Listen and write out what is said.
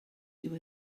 dyw